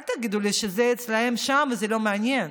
אל תגידו לי שזה אצלם שם וזה לא מעניין.